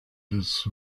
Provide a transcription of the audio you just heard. des